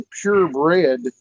purebred